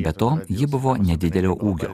be to ji buvo nedidelio ūgio